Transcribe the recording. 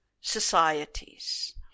societies